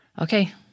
okay